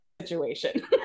situation